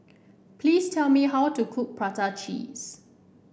please tell me how to cook Prata Cheese